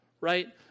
Right